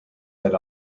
that